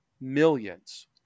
millions